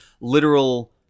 literal